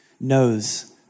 knows